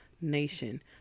nation